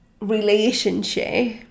relationship